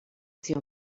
zion